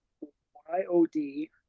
Y-O-D